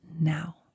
now